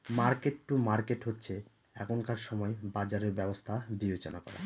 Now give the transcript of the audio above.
market to market হচ্ছে এখনকার সময় বাজারের ব্যবস্থা বিবেচনা করা